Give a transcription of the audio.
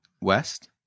west